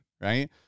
right